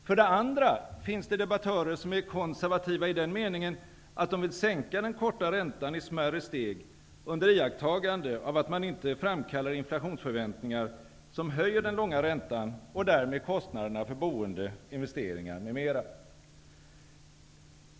För det andra finns det debattörer som är konservativa i den meningen att de vill sänka den korta räntan i smärre steg under iakttagande av att man inte framkallar inflationsförväntningar som höjer den långa räntan och därmed kostnaderna för boende, investeringar m.m.